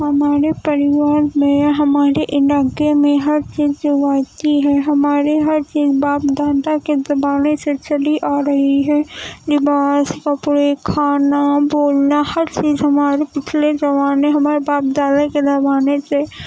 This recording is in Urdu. ہمارے پریوار میں ہمارے علاقے میں ہر چیز جو آتی ہے ہمارے ہر چیز باپ دادا کے زمانے سے چلی آ رہی ہے لباس کپڑے کھانا بولنا ہر چیز ہمارے پچھلے زمانے ہمارے باپ دادا کے زمانے سے